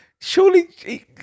surely